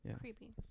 creepy